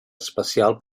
especial